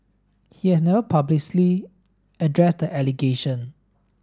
he has never publicly addressed the allegation